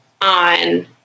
on